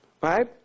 Right